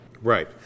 Right